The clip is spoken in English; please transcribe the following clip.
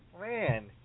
Man